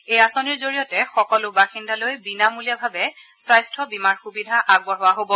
এই আঁচনিৰ জৰিয়তে সকলো বাসিন্দালৈ বিনামূলীয়াভাৱে স্বাস্থ্য বীমা আগবঢ়োৱা হ'ব